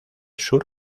sur